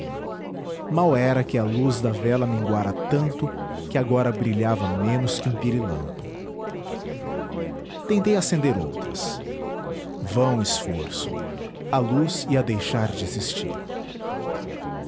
mal era que a luz da vela minguara tanto que agora brilhava menos que um pirilampo tentei acender outras vão esforço a luz ia deixar de existir